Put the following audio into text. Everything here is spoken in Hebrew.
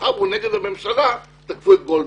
מאחר שהוא נגד הממשלה תקפו את גולדברג.